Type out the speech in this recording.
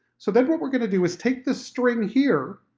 so then what we're going to do, is take this string here,